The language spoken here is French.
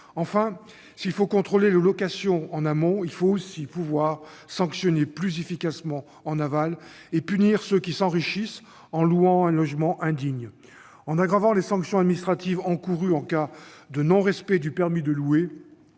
Enfin, s'il faut contrôler les locations en amont, il faut aussi pouvoir sanctionner plus efficacement en aval et punir ceux qui s'enrichissent en louant un logement indigne. En aggravant les sanctions administratives encourues en cas de non-respect du permis de louer,